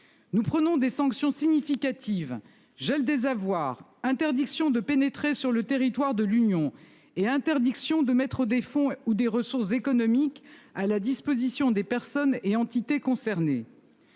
Nous prenons des sanctions significatives. Gel des avoirs, interdiction de pénétrer sur le territoire de l'Union et interdiction de mettre des fonds ou des ressources économiques à la disposition des personnes et entités concernées.--